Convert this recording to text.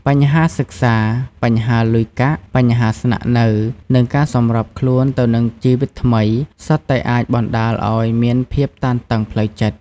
បញ្ហាសិក្សា បញ្ហាលុយកាក់ បញ្ហាស្នាក់នៅ និងការសម្របខ្លួនទៅនឹងជីវិតថ្មី សុទ្ធតែអាចបណ្ដាលឲ្យមានភាពតានតឹងផ្លូវចិត្ត។